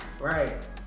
Right